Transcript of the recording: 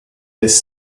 this